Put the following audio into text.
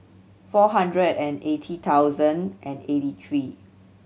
four hundred and eighty thousand and eighty three